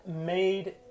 made